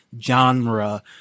genre